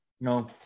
No